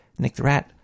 NickTheRat